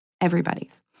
everybody's